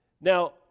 Now